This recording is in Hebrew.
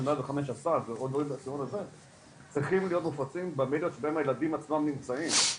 105 עשה צריכים היות מופצים במדיות בהם הילדים עצמם נמצאים,